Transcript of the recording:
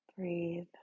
Breathe